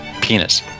penis